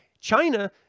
China